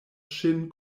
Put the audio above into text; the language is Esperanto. ŝin